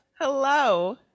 Hello